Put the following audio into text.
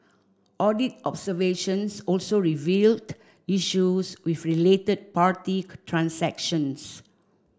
audit observations also revealed issues with related party transactions